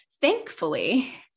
Thankfully